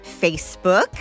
Facebook